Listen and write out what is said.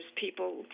people